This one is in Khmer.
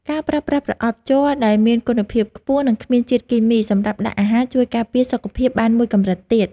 ការប្រើប្រាស់ប្រអប់ជ័រដែលមានគុណភាពខ្ពស់និងគ្មានជាតិគីមីសម្រាប់ដាក់អាហារ ជួយការពារសុខភាពបានមួយកម្រិតទៀត។